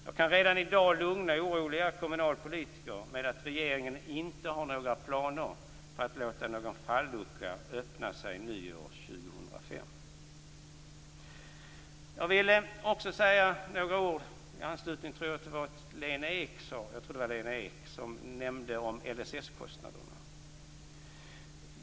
Jag kan redan i dag lugna oroliga kommunalpolitiker med att säga att regeringen inte har några planer på att låta någon fallucka öppna sig vid nyår 2005. Jag vill också säga några ord i anslutning till vad Lena Ek sade. Hon nämnde LSS-kostnaderna.